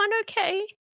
okay